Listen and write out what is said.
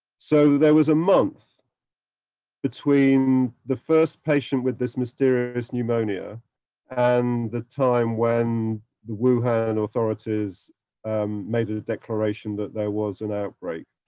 so there was a month between the first patient with this mysterious pneumonia and the time when the wuhan authorities made a declaration that there was an outbreak.